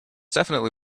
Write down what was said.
definitely